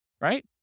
right